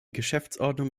geschäftsordnung